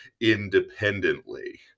independently